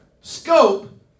scope